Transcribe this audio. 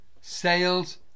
sales